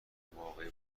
واقعی